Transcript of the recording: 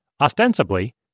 ostensibly